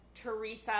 Teresa